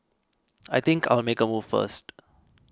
I think I'll make a move first